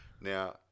Now